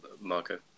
Marco